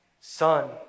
Son